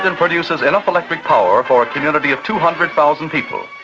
and produces enough electric power for a community of two hundred thousand people.